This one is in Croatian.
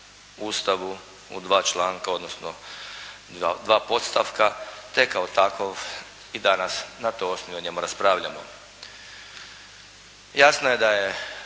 u dva članka, odnosno dva podstavka, te kao takav i danas na toj osnovi o njemu raspravljamo. Jasno je da je